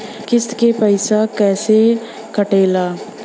किस्त के पैसा कैसे कटेला?